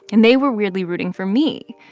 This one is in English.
and they were really rooting for me,